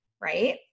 right